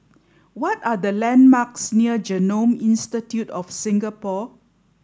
what are the landmarks near Genome Institute of Singapore